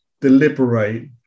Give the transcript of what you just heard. deliberate